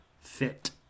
fit